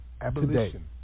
Abolition